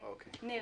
א',